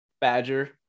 Badger